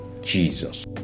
Jesus